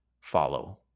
follow